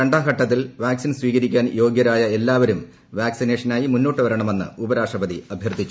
രണ്ടാംഘട്ടത്തിൽ vaccine സ്വീകരിക്കാൻ യോഗ്യരായ എല്ലാവരും വാക്സിനേഷനായി മുന്നോട്ടുവരണമെന്ന് ഉപരാഷ്ട്രപതി അഭ്യർത്ഥിച്ചു